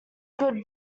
good